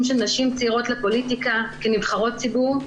של נשים צעירות לפוליטיקה כנבחרות ציבור.